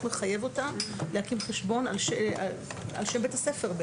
מחייב אותה להקים חשבון על שם בית הספר.